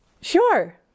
Sure